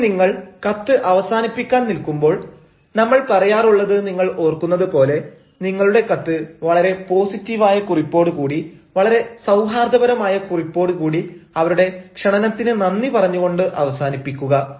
ഇനി നിങ്ങൾ കത്ത് അവസാനിപ്പിക്കാൻ നിൽക്കുമ്പോൾ നമ്മൾ പറയാറുള്ളത് നിങ്ങൾ ഓർക്കുന്നത് പോലെ നിങ്ങളുടെ കത്ത് വളരെ പോസിറ്റീവായ കുറിപ്പോടുകൂടി വളരെ സൌഹാർദ്ദപരമായ കുറിപ്പോട് കൂടി അവരുടെ ക്ഷണനത്തിന് നന്ദി പറഞ്ഞു കൊണ്ട് അവസാനിപ്പിക്കുക